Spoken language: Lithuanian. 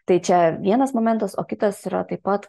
tai čia vienas momentas o kitas yra taip pat